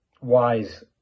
wise